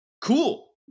cool